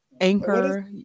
Anchor